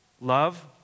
Love